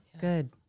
Good